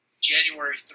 January